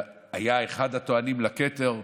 שהיה אחד הטוענים לכתר.